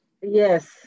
Yes